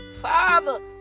Father